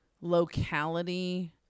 locality